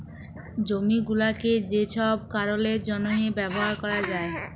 জমি গুলাকে যে ছব কারলের জ্যনহে ব্যাভার ক্যরা যায়